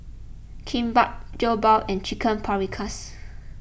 Kimbap Jokbal and Chicken Paprikas